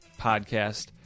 podcast